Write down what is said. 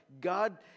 God